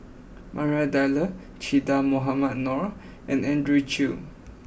Maria Dyer Che Dah Mohamed Noor and Andrew Chew